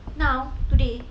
now today